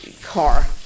car